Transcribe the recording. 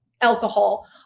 alcohol